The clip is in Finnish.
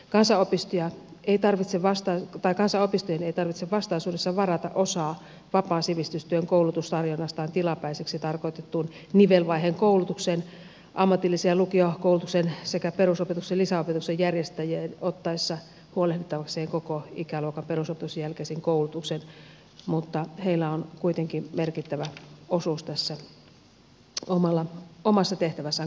kansaa pystiä ei tarvitse vasta paikan saa kansanopistojen ei tarvitse vastaisuudessa varata osaa vapaan sivistystyön koulutustarjonnastaan tilapäiseksi tarkoitettuun nivelvaiheen koulutukseen ammatillisen ja lukiokoulutuksen sekä perusopetuksen lisäopetuksen järjestäjien ottaessa huolehdittavakseen koko ikäluokan perusopetuksen jälkeisen koulutuksen mutta heillä on kuitenkin merkittävä osuus tässä omassa tehtävässään